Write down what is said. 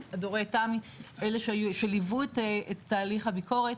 שליוו את תהליך הביקורת.